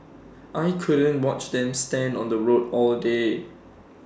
I couldn't watch them stand on the road all day